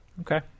Okay